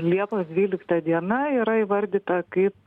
liepos dvylikta diena yra įvardyta kaip